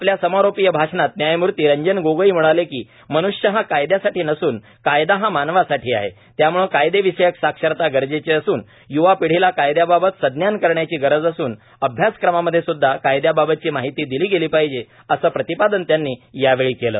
आपल्या समारोपिय भाषणात न्यायमूर्ती रंजन गोगोई म्हणाले कि मण्ष्य हा कायद्यासाठी नसून कायदा हा मानवासाठी आहे त्याम्ळे कायदेविषयक साक्षरता गरजेचे असून य्वा पिढीला कायदेबाबत सज्ञान करण्याची गरज असून अभ्यासक्रमामध्ये सूदधा कायद्याबाबतची माहिती दिली गेली पाहिजे असं प्रतिपादन त्यांनी यावेळी केलं